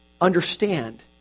understand